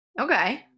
Okay